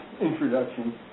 introduction